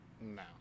No